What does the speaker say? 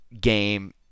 game